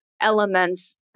elements